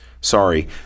Sorry